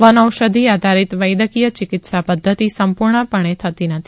વનૌષધિ આધારિત વૈદકીય ચિકિત્સા પધ્ધતિ સંપૂર્ણપણે થતી નથી